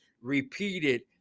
repeated